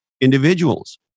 individuals